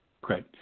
Great